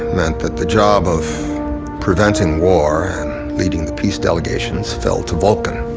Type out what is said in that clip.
meant that the job of preventing war and leading the peace delegations, fell to vulcan.